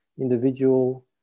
individual